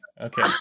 Okay